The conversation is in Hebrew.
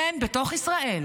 כן, בתוך ישראל,